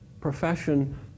profession